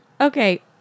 Okay